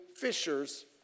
fishers